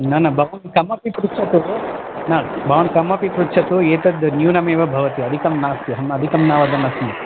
न न भवान् किमपि पृच्छतु न भवान् कमपि पृच्छतु एतद् न्यूनमेव भवति अधिकं नास्ति अहम् अधिकं न वदन् अस्मि